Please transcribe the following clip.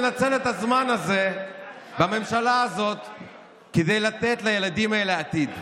ננצל את הזמן הזה כדי לתת לילדים האלה עתיד,